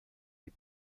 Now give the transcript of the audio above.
die